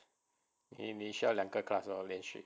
你需要两个 class lor 连续